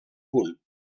punt